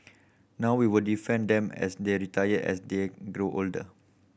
now we will defend them as they retire as they grow older